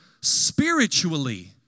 spiritually